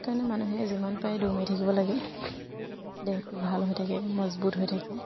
সেইকাৰণে মানুহে যিমান পাৰে দৌৰ মাৰি থাকিব লাগে দেহটো ভাল হৈ থাকে মজবুত হৈ থাকে